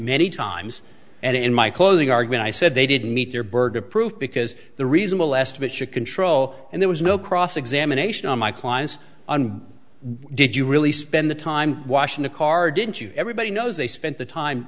many times and in my closing argument i said they didn't meet their burden of proof because the reasonable estimate should control and there was no cross examination on my clients did you really spend the time washing the car didn't you everybody knows they spent the time